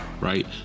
right